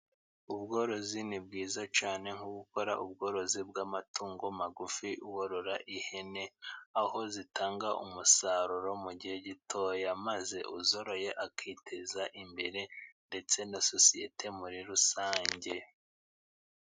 Ubworozi ni bwiza cyane nko gukora ubworozi bw'amatungo magufi. Worora ihene aho zitanga umusaruro mu gihe gitoya. Maze uzoroye akiteza imbere ndetse na society muri rusange.